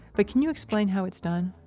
but can you explain how it's done?